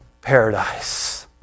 paradise